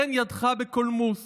תן ידך בקולמוס